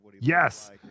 yes